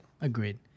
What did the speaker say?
Agreed